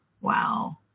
Wow